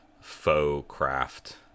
faux-craft